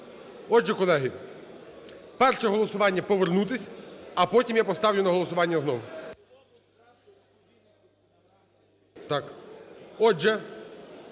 Отже, колеги, перше голосування – повернутися. А потім я поставлю на голосування знову.